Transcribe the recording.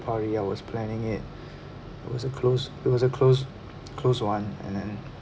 party I was planning it it was a close it was a close close one and then